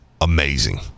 amazing